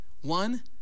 one